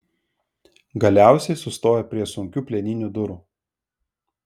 galiausiai sustojo prie sunkių plieninių durų